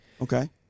okay